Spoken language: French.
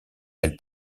elle